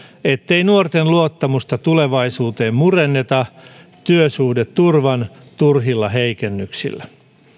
ettei nuorten luottamusta tulevaisuuteen murenneta työsuhdeturvan turhilla heikennyksillä